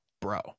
bro